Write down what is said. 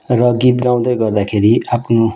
र गीत गाउँदै गर्दाखेरि आफ्नो